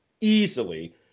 easily